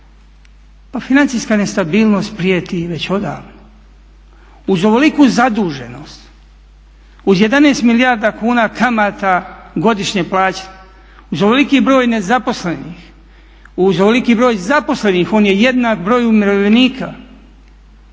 Pa financijska nestabilnost prijeti već odavno. Uz ovoliku zaduženost, uz 11 milijardi kuna kamata godišnje plaće, uz ovoliki broj nezaposlenih, uz ovoliki broj zaposlenih on je jednak broju umirovljenika,